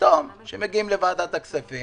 פתאום כשמגיעים לוועדת הכספים